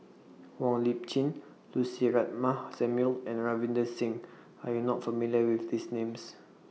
Wong Lip Chin Lucy Ratnammah Samuel and Ravinder Singh Are YOU not familiar with These Names